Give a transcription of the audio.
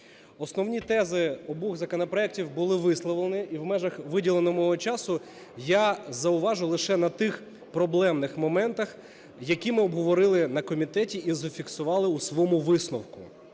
Основні тези обох законопроектів були висловлені, і в межах виділеного мого часу я зауважу лише на тих проблемних моментах, які ми обговорили на комітеті і зафіксували у своєму висновку,